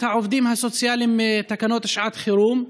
העובדים הסוציאליים מהתקנות לשעת חירום,